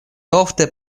ofte